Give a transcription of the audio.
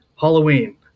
Halloween